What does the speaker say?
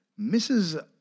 Mrs